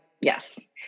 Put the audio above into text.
yes